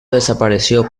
desapareció